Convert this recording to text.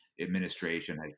administration